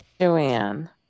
Joanne